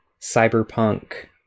cyberpunk